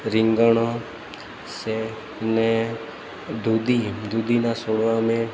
રીંગણ છે ને દૂધી દૂધીના છોડવાને